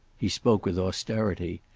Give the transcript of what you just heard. he spoke with austerity.